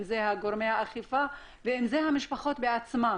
גורמי האכיפה ואם אלה המשפחות בעצמן.